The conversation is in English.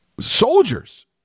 soldiers